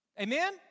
Amen